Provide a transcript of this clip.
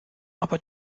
aber